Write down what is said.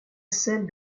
celle